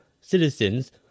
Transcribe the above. citizens